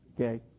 Okay